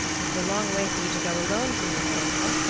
that is a long way for you to go alone, signor parocco.